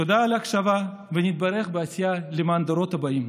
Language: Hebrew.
תודה על ההקשבה, ונתברך בעשייה למען הדורות הבאים.